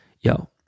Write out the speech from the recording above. Yo